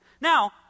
Now